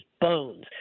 bones